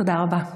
תודה רבה.